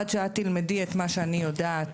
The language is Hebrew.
עד שאת תלמדי את מה שאני יודעת,